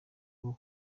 rwo